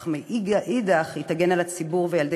אך מאידך גיסא היא תגן על הציבור וילדי